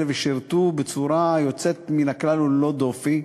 ושירתו בצורה יוצאת מן הכלל וללא דופי,